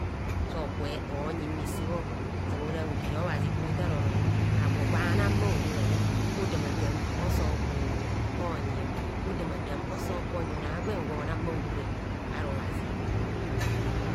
Seku onyi mme sebho ozama ora hotere obhazi kwota oro agwo gwa nam bha ohorare odama dam oso ku onyi odama dam oso kw onyi ono a'gwen gwo nam bha ohora ara obhazio.